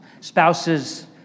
spouses